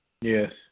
Yes